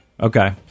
Okay